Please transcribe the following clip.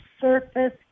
surface